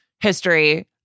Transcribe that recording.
history